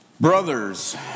Brothers